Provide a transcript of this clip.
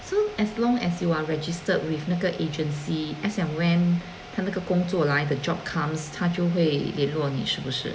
so as long as you are registered with 那个 agency as and when 他那个工作来 the job comes 他就会联络你是不是